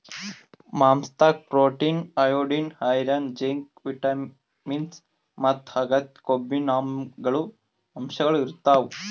ಮಾಂಸಾದಾಗ್ protein, iodine, iron, zinc, vitamins ಮತ್ತ್ ಅಗತ್ಯ ಕೊಬ್ಬಿನಾಮ್ಲಗಳ್ ಅಂಶಗಳ್ ಇರ್ತವ್